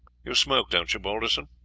you smoke, don't you, balderson?